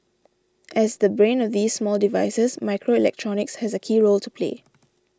as the brain of these small devices microelectronics has a key role to play